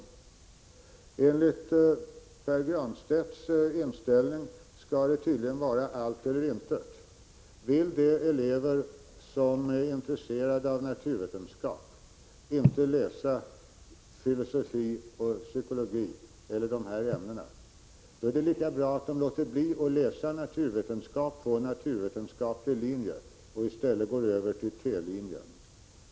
Enligt Pär Granstedt skall det tydligen vara allt eller intet. Vill de elever som är intresserade av naturvetenskap inte läsa filosofi och psykologi eller de här alternativämnena, är det lika bra att de låter bli att läsa naturvetenskap på en naturvetenskaplig linje och i stället går över till T-linjen.